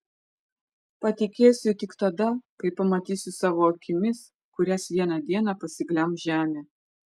patikėsiu tik tada kai pamatysiu savo akimis kurias vieną dieną pasiglemš žemė